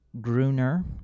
Gruner